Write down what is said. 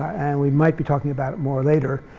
and we might be talking about it more later.